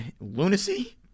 lunacy